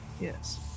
Yes